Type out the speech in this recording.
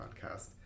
podcast